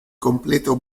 completo